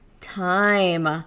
time